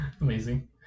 Amazing